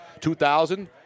2000